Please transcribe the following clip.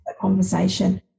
conversation